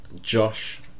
Josh